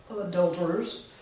adulterers